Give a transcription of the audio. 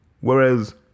Whereas